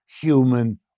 human